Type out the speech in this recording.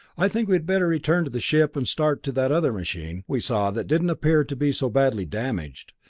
i think we had better return to the ship and start to that other machine we saw that didn't appear to be so badly damaged.